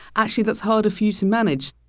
actually that's harder for you to manage